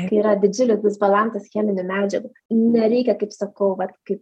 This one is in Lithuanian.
tai yra didžiulis disbalansas cheminių medžiagų nereikia kaip sakau vat kaip